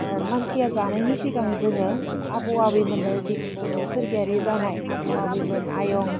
मानसिया जानायनि सिगां जोङो आबौ आबै मोननो जिहेथु जोंनो सोरगोयारि जानाय आबौ आबैमोन आयं